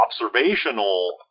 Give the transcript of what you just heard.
observational